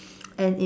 and it's